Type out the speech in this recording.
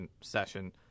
session